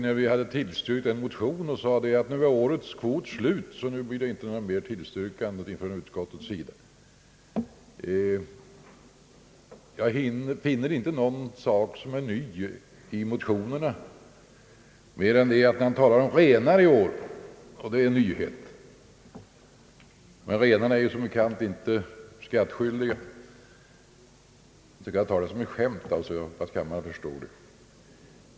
När vi hade tillstyrkt en motion sade vi, att nu är årets kvot slut, och nu blir det inga fler tillstyrkanden från utskottets sida. Jag finner inte någonting som är nytt i motionerna, mer än att man också talar om renar i år. Det är visserligen en nyhet, men renarna är som bekant inte skattskyldiga — jag hoppas kammaren förstår att detta sista var ett skämt.